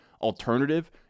alternative